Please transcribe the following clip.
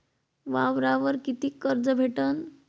वावरावर कितीक कर्ज भेटन?